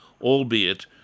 albeit